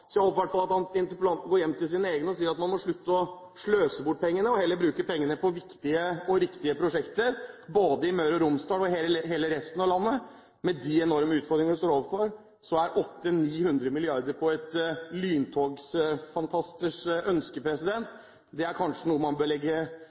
Jeg håper interpellanten går hjem til sine egne og sier at man må slutte å sløse bort pengene og heller bruke pengene på viktige og riktige prosjekter – både i Møre og Romsdal og i resten av landet. Med de enorme utfordringene vi står overfor, er 800–900 mrd. kr til lyntog – lyntogfantastenes ønske